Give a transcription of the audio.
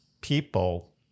people